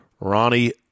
Ronnie